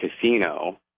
casino